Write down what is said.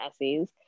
essays